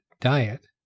diet